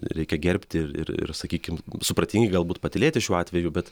reikia gerbti ir ir ir sakykim supratingai galbūt patylėti šiuo atveju bet